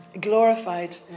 glorified